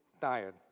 tired